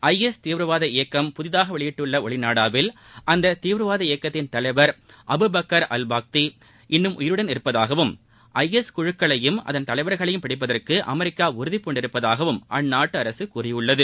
IS தீவிரவாத இயக்கம் புதிதாக வெளியிட்டுள்ள ஒலிநாடாவில் அந்தத் தீவிரவாத இயக்கத்தின் தலைவர் அபுபக்கர் அவ்பக்தாதி இன்னும் உயிருடன் உள்ளதாகவும் ஐஎஸ் குழுக்களையும் அதன் தலைவர்களையும் பிடிப்பதற்கு அமெரிக்கா உறுதிபூண்டுள்ளதாகவும் அந்நாட்டு அரசு கூறியுள்ளது